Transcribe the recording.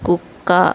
కుక్క